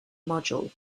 module